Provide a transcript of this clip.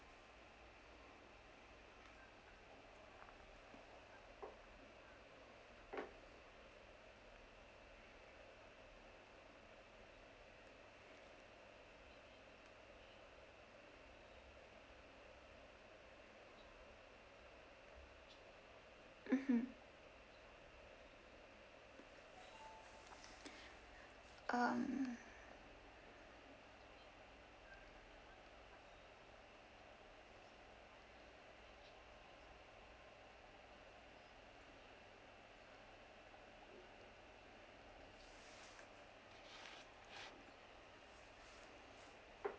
mmhmm um